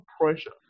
pressure